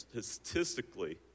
statistically